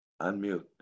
Unmute